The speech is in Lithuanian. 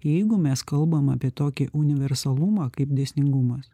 jeigu mes kalbam apie tokį universalumą kaip dėsningumas